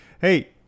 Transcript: hey